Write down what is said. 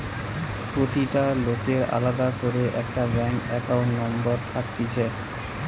প্রতিটা লোকের আলদা করে একটা ব্যাঙ্ক একাউন্ট নম্বর থাকতিছে